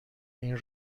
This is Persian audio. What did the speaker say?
این